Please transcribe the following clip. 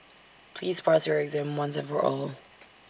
please pass your exam once and for all